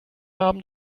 abend